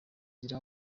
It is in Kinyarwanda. gira